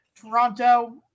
Toronto